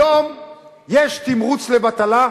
היום יש תמרוץ לבטלה.